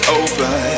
over